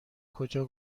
کجا